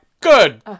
good